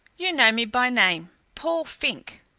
you know me by name paul fink.